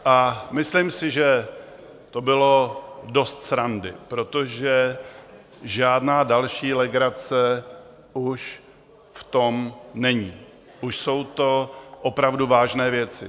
A myslím si, že to bylo dost srandy, protože žádná další legrace už v tom není, už jsou to opravdu vážné věci.